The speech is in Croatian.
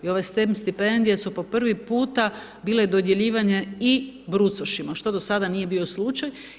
I ove STEM stipendije su po prvi puta bile dodjeljivane i brucošima, što do sad nije bio slučaj.